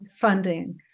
funding